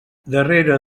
darrere